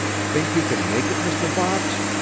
think you kin make it, mr. botts?